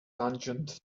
tangent